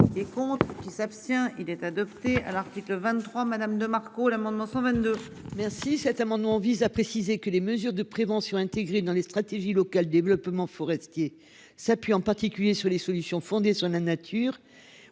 et contre qui s'abstient il est adopté à l'article 23. Madame de Marco l'amendement 122 merci. Si cet amendement vise à préciser que les mesures de prévention intégrer dans les stratégies locales développement forestier s'appuie en particulier sur les solutions fondées sur la nature